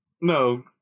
no